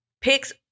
picks